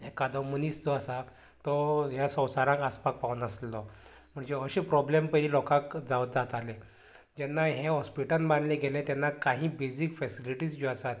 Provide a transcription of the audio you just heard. एखादो मनीस जो आसा तो ह्या संवसाराक आसपाक पावना नासलो म्हणजे अशें प्रोब्लम पयलीं लोकांक जाव जातालें जेन्ना हें हाॅस्पिटल बांदलें गेलें तेन्ना काही बेजीक फेसिलिटीस ज्यो आसात